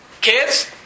Kids